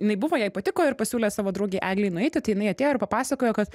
jinai buvo jai patiko ir pasiūlė savo draugei eglei nueiti tai jinai atėjo ir papasakojo kad